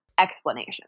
explanation